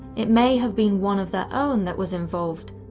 it may have been one of their own that was involved,